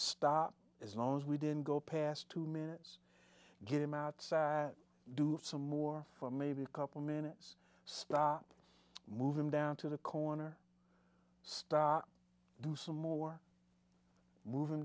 stop as long as we didn't go past two minutes get him out do some more for maybe a couple minutes stop moving down to the corner stop do some more moving